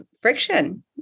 friction